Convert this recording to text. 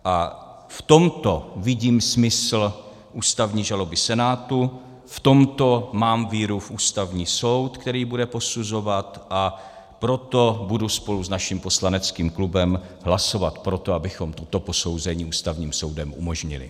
A v tomto vidím smysl ústavní žaloby Senátu, v tomto mám víru v Ústavní soud, který bude posuzovat, a proto budu spolu s naším poslaneckým klubem hlasovat pro to, abychom toto posouzení Ústavním soudem umožnili.